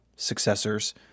successors